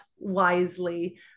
wisely